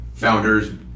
Founders